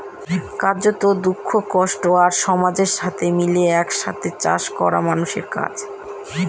কার্যত, দুঃখ, কষ্ট আর সমাজের সাথে মিলে এক সাথে চাষ করা মানুষের কাজ